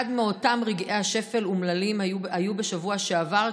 אחד מאותם רגעי שפל אומללים היה בשבוע שעבר,